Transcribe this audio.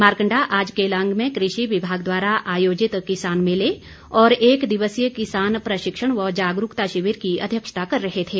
मारकंडा आज केलांग में कृषि विभाग द्वारा आयोजित किसान मेले और एक दिवसीय किसान प्रशिक्षण व जागरूकता शिविर की अध्यक्षता कर रहे थे